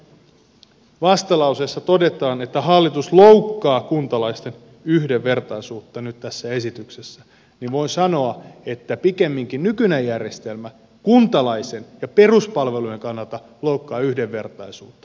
kun keskustan vastalauseessa todetaan että hallitus loukkaa kuntalaisten yhdenvertaisuutta nyt tässä esityksessä niin voin sanoa että pikemminkin nykyinen järjestelmä kuntalaisen ja peruspalvelujen kannalta loukkaa yhdenvertaisuutta